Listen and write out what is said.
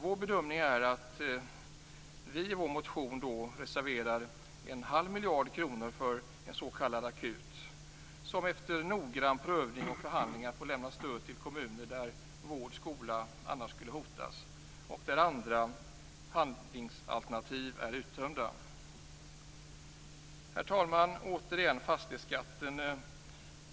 Vi gör i vår motion bedömningen att en halv miljard kronor bör reserveras för en s.k. akut, som efter noggrann prövning och förhandlingar får lämna stöd till kommuner där vård och skola annars skulle hotas och där andra handlingsalternativ är uttömda. Herr talman! Jag vill återigen ta upp fastighetsskatten.